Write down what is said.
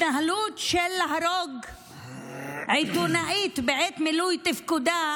התנהלות של להרוג עיתונאית בעת מילוי תפקידה,